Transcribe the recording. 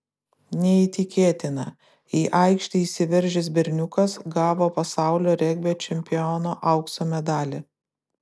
neįtikėtina į aikštę įsiveržęs berniukas gavo pasaulio regbio čempiono aukso medalį